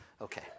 Okay